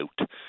out